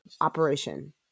operation